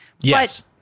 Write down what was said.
Yes